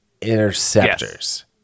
Interceptors